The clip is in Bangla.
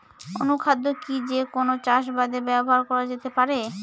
অনুখাদ্য কি যে কোন চাষাবাদে ব্যবহার করা যেতে পারে?